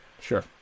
Sure